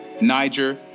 Niger